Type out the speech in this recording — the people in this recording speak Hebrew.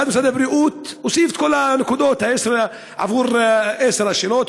ואז משרד הבריאות הוסיף את כל הנקודות עבור עשר השאלות,